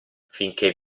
finchè